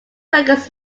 records